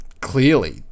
clearly